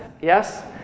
Yes